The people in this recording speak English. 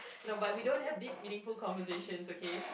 no but we don't have deep meaningful conversations okay